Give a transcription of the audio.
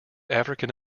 african